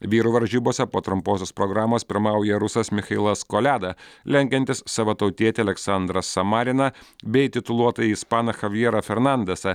vyrų varžybose po trumposios programos pirmauja rusas michailas koliada lenkiantis savo tautietę aleksandrą samariną bei tituluotąjį ispaną chavjerą fernandesą